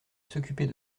s’occuper